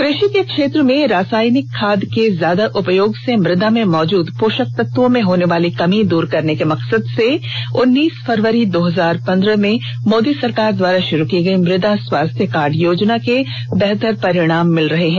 कृषि के क्षेत्र में रासायनिक खाद के ज्यादा उपयोग से मृदा में मौजूद पोषक तत्वों में होने वाली कमी दूर करने के मकसद से उन्नीस फरवरी दो हजार पंद्रह में मोदी सरकार द्वारा शुरू की गई मृदा स्वास्थ्य कार्ड योजना के बेहतर परिणाम मिल रहे हैं